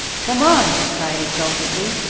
come on! he cried exultantly.